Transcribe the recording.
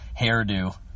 hairdo